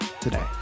today